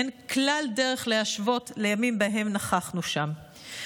אין כלל דרך להשוות לימים שבהם נכחנו שם.